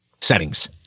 Settings